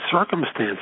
circumstances